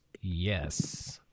yes